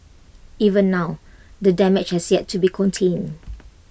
even now the damage has yet to be contained